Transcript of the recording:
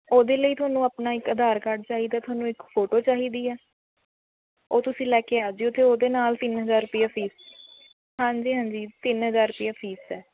ਉਹਦੇ ਲਈ ਤੁਹਾਨੂੰ ਆਪਣਾ ਇੱਕ ਅਧਾਰ ਕਾਰਡ ਚਾਹੀਦਾ ਤੁਹਾਨੂੰ ਇੱਕ ਫੋਟੋ ਚਾਹੀਦੀ ਹੈ ਉਹ ਤੁਸੀਂ ਲੈ ਕੇ ਆ ਜਾਓ ਅਤੇ ਉਹਦੇ ਨਾਲ਼ ਤਿੰਨ ਹਜ਼ਾਰ ਰੁਪਇਆ ਫ਼ੀਸ ਹਾਂਜੀ ਹਾਂਜੀ ਤਿੰਨ ਹਜ਼ਾਰ ਰੁਪਇਆ ਫ਼ੀਸ ਹੈ